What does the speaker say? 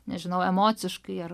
nežinau emociškai ar